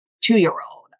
two-year-old